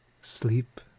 sleep